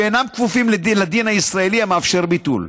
שאינם כפופים לדין הישראלי המאפשר ביטול.